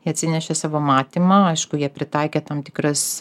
jie atsinešė savo matymą aišku jie pritaikė tam tikras